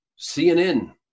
CNN